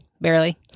Barely